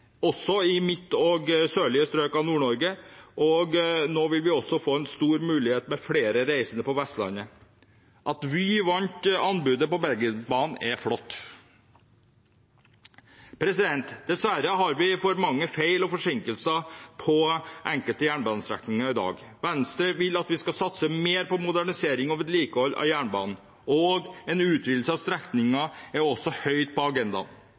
også få en stor mulighet til å få flere reisende på Vestlandet. At Vy vant anbudet på Bergensbanen, er flott. Dessverre har vi for mange feil og forsinkelser på enkelte jernbanestrekninger i dag. Venstre vil at vi skal satse mer på modernisering og vedlikehold av jernbanen. En utvidelse av strekninger er også høyt på agendaen.